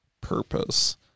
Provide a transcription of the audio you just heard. purpose